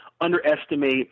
underestimate